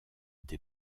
des